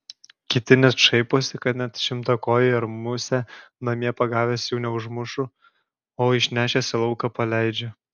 kiti net šaiposi kad net šimtakojį ar musę namie pagavęs jų neužmušu o išnešęs į lauką paleidžiu